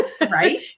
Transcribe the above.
Right